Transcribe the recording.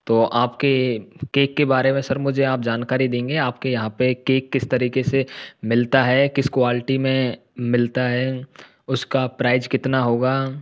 तो आपके केक के बारे में सर मुझे आप जानकारी देंगे आपके यहाँ पर केक किस तरीके से मिलता है किस क्वालिटी में मिलता है उसका प्राइज कितना होगा